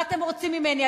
מה אתם רוצים ממני?